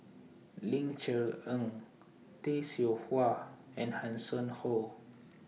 Ling Cher Eng Tay Seow Huah and Hanson Ho